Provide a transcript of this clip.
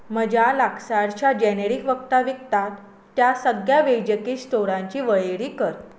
म्हज्या लागसारच्या जॅनेरीक वखदां विकतात त्या सगळ्या वैजकी स्टोरांची वळेरी कर